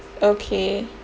okay